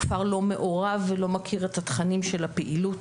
הכפר לא מעורב ולא מכיר את התכנים של הפעילות,